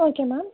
okay ma'am